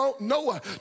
Noah